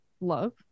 love